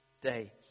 Day